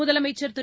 முதலமைச்சர் திரு